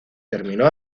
terminó